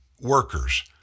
workers